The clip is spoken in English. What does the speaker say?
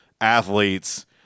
athletes